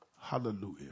hallelujah